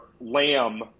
Lamb